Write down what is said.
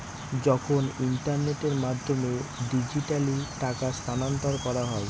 যখন ইন্টারনেটের মাধ্যমে ডিজিট্যালি টাকা স্থানান্তর করা হয়